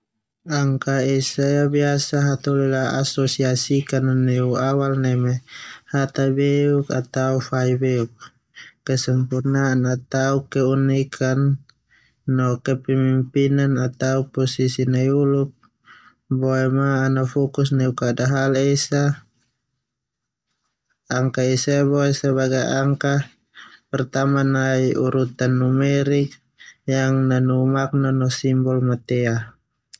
Angka esa ia biasa hataholi a asosiasikan neu awal neme hata beuk atau fai beuk, kesempurnaan atau keunikan no kepemimpinan atau posisi nai uluk, boema ana fokus neu kada hal esa. Angka esa ia boe sebagai angka pertama nai urutan numerik yang nanu makna no simbol matea.